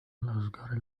الأشجار